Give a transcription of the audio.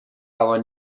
aber